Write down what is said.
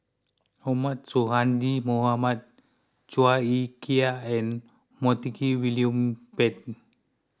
Ahmad Sonhadji Mohamad Chua Ek Kay and Montague William Pett